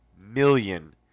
million